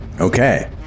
Okay